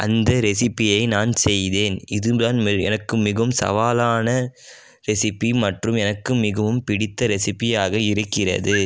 அந்த ரெசிப்பியை நான் செய்தேன் இதுதான் எனக்கும் மிகவும் சவாலான ரெசிப்பி மற்றும் எனக்கு மிகவும் பிடித்த ரெசிப்பியாக இருக்கிறது